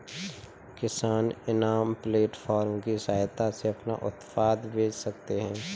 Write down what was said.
किसान eNAM platform की सहायता से अपना उत्पाद बेच सकते है